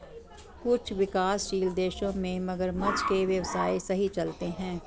कुछ विकासशील देशों में मगरमच्छ के व्यवसाय सही चलते हैं